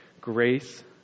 Grace